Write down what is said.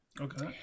Okay